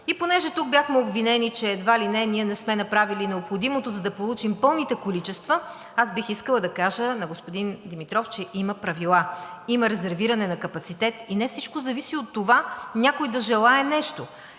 И понеже тук бяхме обвинени, че едва ли не ние не сме направили необходимото, за да получим пълните количества, аз бих искала да кажа на господин Димитров, че има правила, има резервиране на капацитет и не всичко зависи от това някой да желае нещо.